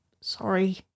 Sorry